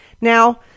Now